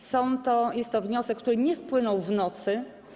jest to wniosek, który nie wpłynął w nocy.